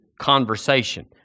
conversation